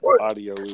audio